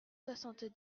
soixante